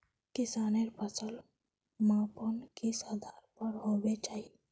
किसानेर फसल मापन किस आधार पर होबे चही?